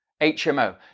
HMO